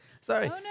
Sorry